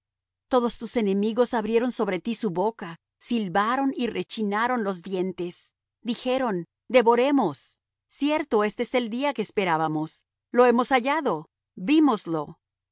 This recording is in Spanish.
todos tus enemigos abrieron sobre ti su boca silbaron y rechinaron los dientes dijeron devoremos cierto éste es el día que esperábamos lo hemos hallado vímoslo